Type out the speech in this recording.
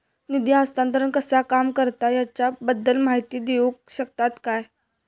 निधी हस्तांतरण कसा काम करता ह्याच्या बद्दल माहिती दिउक शकतात काय?